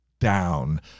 down